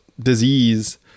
disease